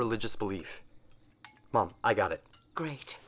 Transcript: religious belief well i got it gre